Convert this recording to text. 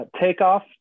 takeoff